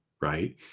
right